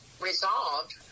resolved